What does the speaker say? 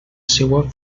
seua